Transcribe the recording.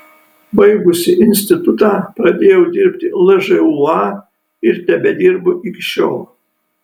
baigusi institutą pradėjau dirbti lžūa ir tebedirbu iki šiol